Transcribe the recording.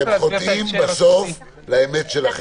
אתם חוטאים בסוף לאמת שלכם,